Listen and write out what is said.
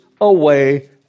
away